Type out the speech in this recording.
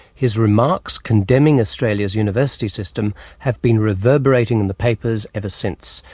his remarks condemning australia's university system have been reverberating in the papers ever since,